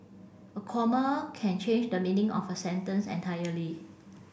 a comma can change the meaning of a sentence entirely